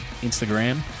instagram